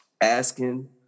asking